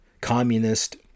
communist